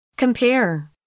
Compare